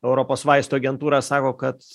europos vaistų agentūra sako kad